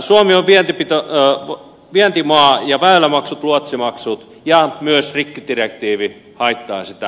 suomi on vientimaa ja väylämaksut luotsimaksut ja myös rikkidirektiivi haittaavat sitä